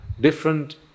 different